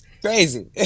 crazy